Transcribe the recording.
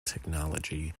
technology